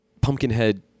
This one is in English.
Pumpkinhead